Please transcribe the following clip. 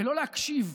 ולא להקשיב.